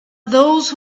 those